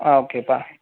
ஓகேப்பா